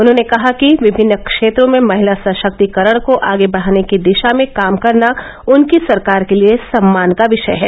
उन्होंने कहा कि विभिन्न क्षेत्रों में महिला सशक्तीकरण को आगे बढ़ाने की दिशा में काम करना उनकी सरकार के लिए सम्मान का विषय है